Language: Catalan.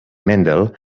mendel